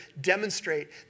demonstrate